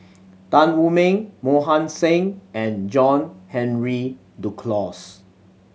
Tan Wu Meng Mohan Singh and John Henry Duclos